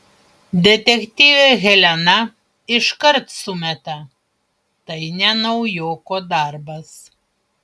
detektyvė helena iškart sumeta tai ne naujoko darbas